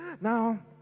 now